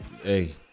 hey